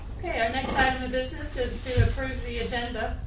next item of business is to approve the agenda.